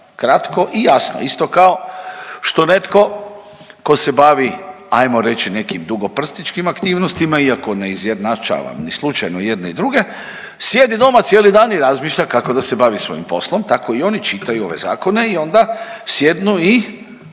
kratko i jasno. Isto kao što netko ko se bavi ajmo reći nekim dugoprstićkim aktivnostima, iako ne izjednačavam ni slučajno ni jedne i druge, sjedi doma cijeli dan i razmišlja kako da se bavi svojim poslom tako i oni čitaju ove zakone i onda sjednu i